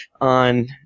on